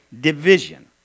division